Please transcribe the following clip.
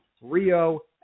Rio